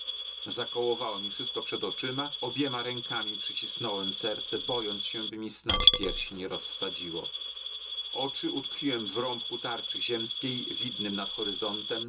pustyni zakołowało mi wszystko przed oczyma obiema rękami przycisnąłem serce bojąc się by mi snadź piersi nie rozsadziło oczy utkwiłem w rąbku tarczy ziemskiej widnym nad horyzontem